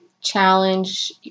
challenge